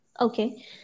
Okay